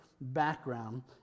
background